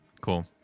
Cool